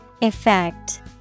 Effect